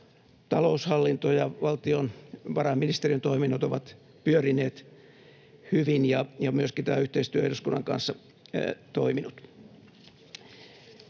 taloushallinto ja valtionvarainministeriön toiminnot ovat pyörineet hyvin ja myöskin tämä yhteistyö eduskunnan kanssa on toiminut.